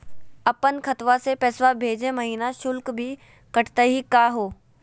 अपन खतवा से पैसवा भेजै महिना शुल्क भी कटतही का हो?